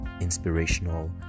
inspirational